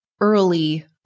early